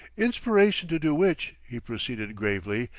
inspiration to do which, he proceeded gravely,